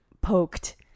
poked